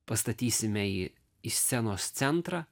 pastatysime jį į scenos centrą